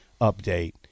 update